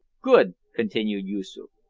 good! continued yoosoof.